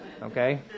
okay